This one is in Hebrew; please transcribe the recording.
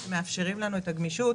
שמאפשרים לנו את הגמישות.